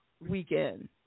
weekend